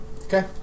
Okay